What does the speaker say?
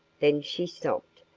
then she stopped,